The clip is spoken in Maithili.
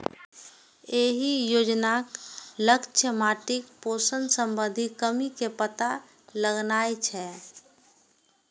एहि योजनाक लक्ष्य माटिक पोषण संबंधी कमी के पता लगेनाय छै